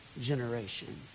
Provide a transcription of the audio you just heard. generation